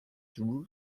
drew